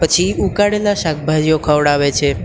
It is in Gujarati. પછી ઉકાળેલાં શાકભાજીઓ ખવડાવે છે